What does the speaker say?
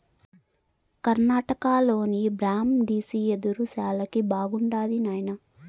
కర్ణాటకలోని బ్రాండిసి యెదురు శాలకి బాగుండాది నాయనా